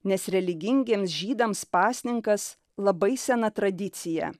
nes religingiems žydams pasninkas labai sena tradicija